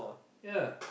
ya